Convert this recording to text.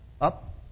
up